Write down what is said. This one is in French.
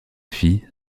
fille